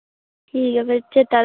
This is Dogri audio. ठीक ऐ फिर चेत्ता